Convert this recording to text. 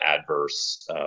adverse